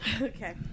Okay